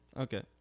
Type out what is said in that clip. Okay